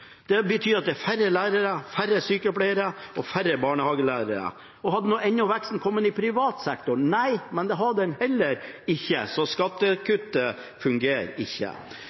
færre lærere, færre sykepleiere og færre barnehagelærere. Hadde enda veksten kommet i privat sektor, men nei, det har den heller ikke gjort. Så skattekuttet fungerer ikke.